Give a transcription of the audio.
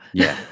yeah